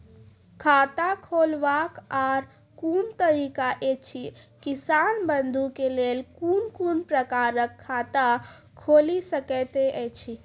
खाता खोलवाक आर कूनू तरीका ऐछि, किसान बंधु के लेल कून कून प्रकारक खाता खूलि सकैत ऐछि?